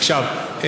עכשיו,